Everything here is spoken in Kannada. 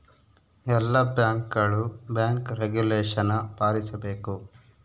ಎಲ್ಲ ಬ್ಯಾಂಕ್ಗಳು ಬ್ಯಾಂಕ್ ರೆಗುಲೇಷನ ಪಾಲಿಸಬೇಕು